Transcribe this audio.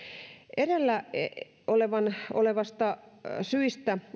edellä olevista syistä